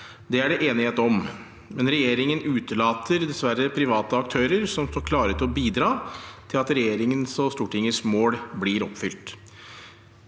Det er det enighet om. Likevel utelater regjeringen dessverre private aktører som står klare til å bidra til at regjeringen og Stortingets mål blir oppnådd.